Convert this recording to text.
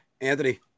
Anthony